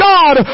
God